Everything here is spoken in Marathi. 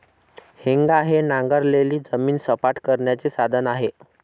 हेंगा हे नांगरलेली जमीन सपाट करण्याचे साधन आहे